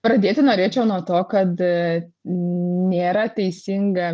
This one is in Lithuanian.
pradėti norėčiau nuo to kad nėra teisinga